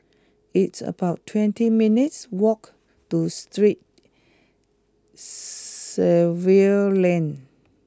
it's about twenty minutes' walk to Street Xavier's Lane